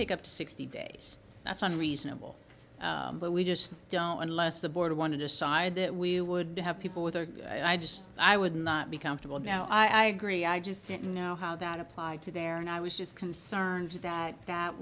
take up to sixty days that's unreasonable but we just don't unless the board want to decide that we would have people with i just i would not be comfortable now i agree i just don't know how about applied to there and i was just concerned that that